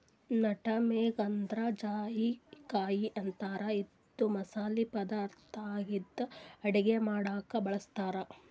nutmeg ಅಂದ್ರ ಜಾಯಿಕಾಯಿ ಅಂತಾರ್ ಇದು ಮಸಾಲಿ ಪದಾರ್ಥ್ ಆಗಿದ್ದ್ ಅಡಗಿ ಮಾಡಕ್ಕ್ ಬಳಸ್ತಾರ್